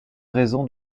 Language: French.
raison